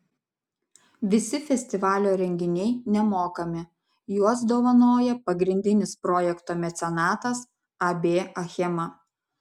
visi festivalio renginiai nemokami juos dovanoja pagrindinis projekto mecenatas ab achema